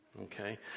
Okay